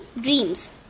dreams